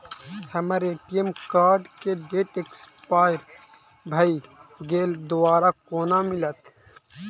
हम्मर ATM card केँ date expire भऽ गेल दोबारा कोना मिलत?